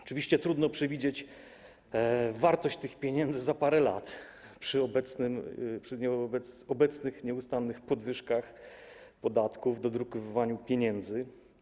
Oczywiście trudno przewidzieć wartość tych pieniędzy za parę lat przy obecnych nieustannych podwyżkach podatków, dodrukowywaniu pieniędzy.